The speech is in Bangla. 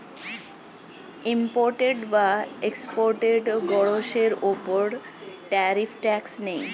ইম্পোর্টেড বা এক্সপোর্টেড গুডসের উপর ট্যারিফ ট্যাক্স নেয়